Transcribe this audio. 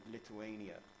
Lithuania